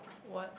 what